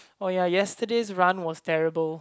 oh ya yesterday's run was terrible